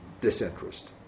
disinterest